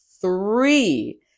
three